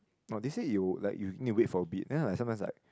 oh they said you like you need to wait for a bit then I sometimes like